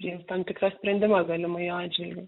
priims tam tikrą sprendimą galimai jo atžvilgiu